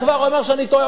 אתה כבר אומר שאני טועה,